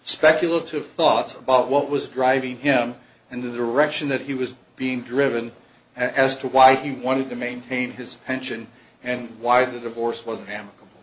speculative thoughts about what was driving him and the direction that he was being driven as to why he wanted to maintain his pension and why the divorce was amicable